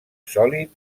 sòlid